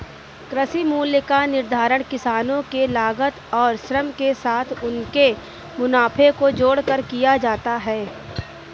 कृषि मूल्य का निर्धारण किसानों के लागत और श्रम के साथ उनके मुनाफे को जोड़कर किया जाता है